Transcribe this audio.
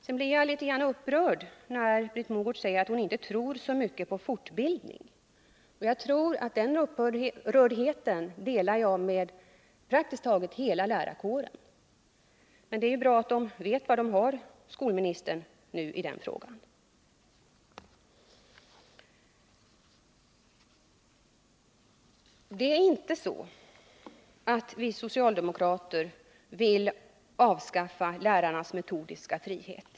Jag blev litet upprörd när Britt Mogård sade att hon inte tror så mycket på fortbildning. Den upprördheten delar jag säkert med praktiskt taget hela lärarkåren. Men det är bra att lärarkåren vet var den har skolministern i denna fråga. Det är inte så att vi socialdemokrater vill avskaffa lärarnas metodiska frihet.